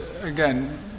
again